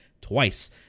twice